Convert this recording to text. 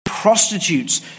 Prostitutes